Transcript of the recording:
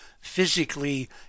physically